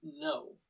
no